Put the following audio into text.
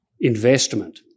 investment